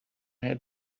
had